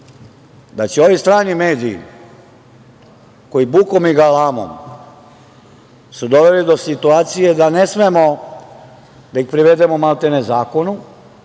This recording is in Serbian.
da će ovi strani mediji koji su bukom i galamom doveli do situacije da ne smemo da ih prevedemo zakonu,